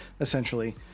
essentially